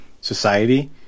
society